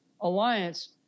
alliance